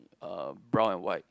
uh brown and white